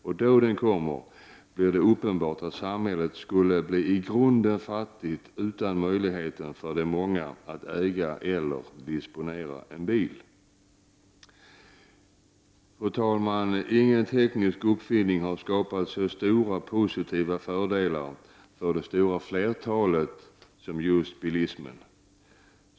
Och då den kommer, blir det uppenbart att samhället skulle bli i grunden fattigt utan möjligheten för de många att äga eller disponera över en bil. Fru talman! Inte någon teknisk uppfinning har skapat så stora positiva fördelar för det stora flertalet som just bilen.